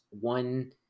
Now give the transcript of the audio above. one